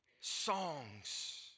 songs